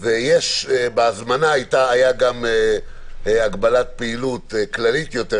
בהזמנה הייתה גם הגבלת פעילות כללית יותר,